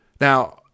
Now